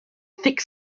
thick